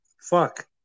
fuck